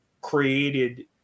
created